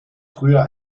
früher